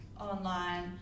online –